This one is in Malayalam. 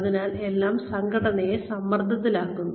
അതിനാൽ എല്ലാം സംഘടനയെ സമ്മർദ്ദത്തിലാക്കുന്നു